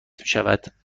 شوند